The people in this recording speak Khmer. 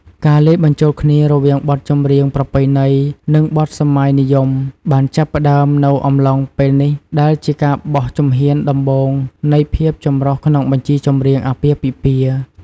ការលាយបញ្ចូលគ្នារវាងបទចម្រៀងប្រពៃណី និងបទសម័យនិយមបានចាប់ផ្តើមនៅអំឡុងពេលនេះ ដែលជាការបោះជំហានដំបូងនៃភាពចម្រុះក្នុងបញ្ជីចម្រៀងអាពាហ៍ពិពាហ៍។